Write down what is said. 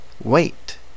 Wait